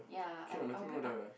ya I I'll bring my